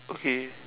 okay